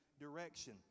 direction